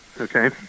okay